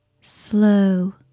Slow